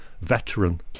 veteran